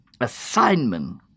assignment